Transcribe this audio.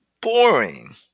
boring